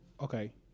okay